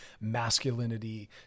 masculinity